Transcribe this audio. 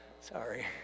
Sorry